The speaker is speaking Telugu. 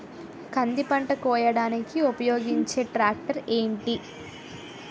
కంది పంట కోయడానికి ఉపయోగించే ట్రాక్టర్ ఏంటి?